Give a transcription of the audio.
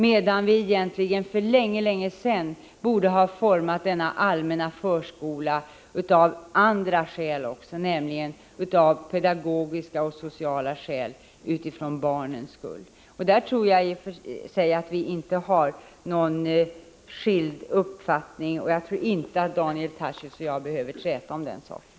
Men vi borde egentligen för mycket länge sedan ha utformat denna allmänna förskola också av andra skäl, nämligen av pedagogiska och sociala skäl, för barnens skull. Jag tror i och för sig inte att vi har skilda uppfattningar på den punkten, och jag tror inte att Daniel Tarschys och jag behöver träta om den saken.